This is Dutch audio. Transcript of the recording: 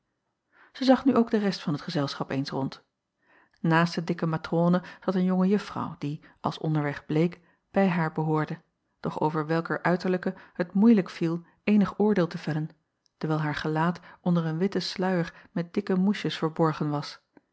ij zag nu ook de rest van t gezelschap eens acob van ennep laasje evenster delen rond aast de dikke matrone zat een jonge juffrouw die als onderweg bleek bij haar behoorde doch over welker uiterlijke het moeilijk viel eenig oordeel te vellen dewijl haar gelaat onder een witten sluier met dikke moesjes verborgen was